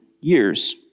years